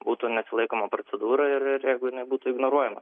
būtų nesilaikoma procedūrų ir ir jeigu jinai būtų ignoruojama